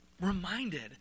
reminded